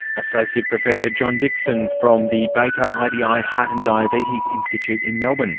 associate professor john dixon from the baker ah idi ah heart and diabetes institute in melbourne.